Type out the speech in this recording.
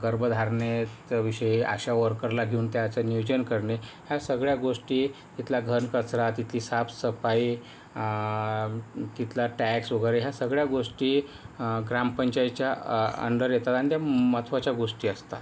गर्भधारणेचं विषय आशा वर्करला घेऊन त्याचं नियोजन करणे ह्या सगळ्या गोष्टी तिथल्या घन कचरा तिथली साफसफाई तिथला टॅक्स वगैरे ह्या सगळ्या गोष्टी ग्राम पंचायतच्या अंडर येतात आणि त्या महत्त्वाच्या गोष्टी असतात